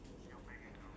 um